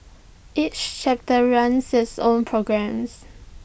each chapter runs its own programmes